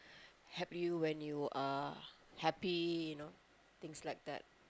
help you when you are happy you know things like that